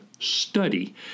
Study